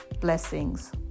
Blessings